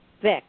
Vic